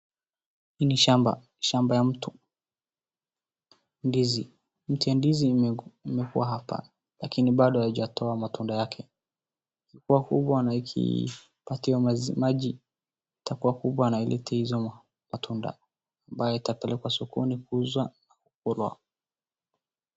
Hii ni shamba, shamba ya mtu ndizi mti ya ndizi imekuwa hapa lakini bado haijatoa matunda yake ikikuwa kubwa na ikipatiwa maji itakuwa kubwa na ilete hizo matunda ambayo itapelekwa sokoni na kukulwa.